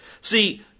See